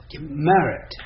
merit